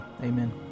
amen